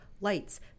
lights